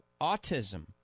autism